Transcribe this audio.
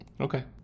Okay